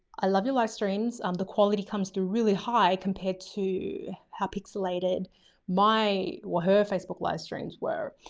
i love your live streams. um the quality comes through really high compared to how pixelated my, well her facebook live streams were.